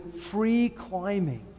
free-climbing